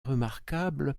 remarquable